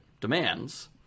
demands